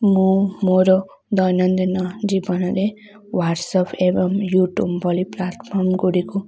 ମୁଁ ମୋର ଦୈନଦିନ ଜୀବନରେ ୱାଟ୍ସପ୍ ଏବଂ ୟୁଟ୍ୟୁବ୍ ଭଳି ପ୍ଲାଟ୍ଫର୍ମ ଗୁଡ଼ିକୁ